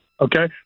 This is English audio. Okay